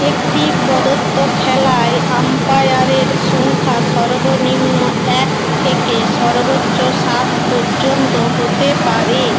একটি প্রদত্ত খেলায় আম্পায়ারের সংখ্যা সর্বনিম্ন এক থেকে সর্বোচ্চ সাত পর্যন্ত হতে পারে